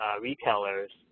retailers